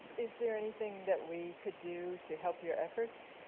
is there anything that we could do to help your efforts?